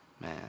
man